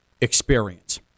experience